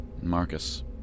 Marcus